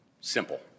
Simple